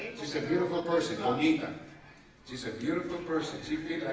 she's a beautiful person, bonita. she's a beautiful person. she